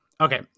okay